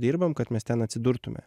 dirbam kad mes ten atsidurtume